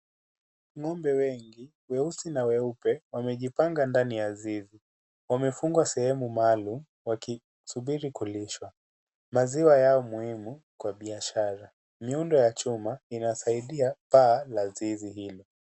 Ngombe wengi weusi na weupe wamejipanga ndani ya zizi. wamefungwa sehemu maalum wakisubiri kulishwa maziwa yao ni muhimu kwa biashara. Muundo ya chuma inasaidia taa la zizi hilo.